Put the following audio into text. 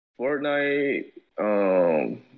Fortnite